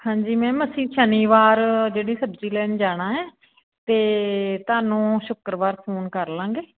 ਹਾਂਜੀ ਮੈਮ ਅਸੀਂ ਸ਼ਨੀਵਾਰ ਜਿਹੜੀ ਸਬਜ਼ੀ ਲੈਣ ਜਾਣਾ ਐਂ ਅਤੇ ਤੁਹਾਨੂੰ ਸ਼ੁੱਕਰਵਾਰ ਫੋਨ ਕਰ ਲਵਾਂਗੇ